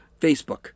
Facebook